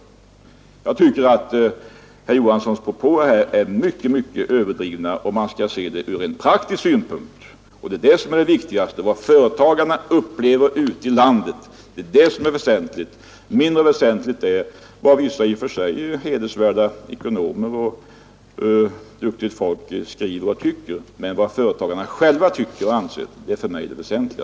Jag tycker att herr Johanssons propåer är mycket, mycket överdrivna om man skall se frågan ur praktisk synpunkt och det är det som är det viktigaste. Vad företagarna upplever ute i landet, det är det som är väsentligt; mindre väsentligt är vad vissa i och för sig hedervärda ekonomer och duktigt folk skriver och tycker, men vad företagarna själva tycker och anser är för mig alltså det väsentliga.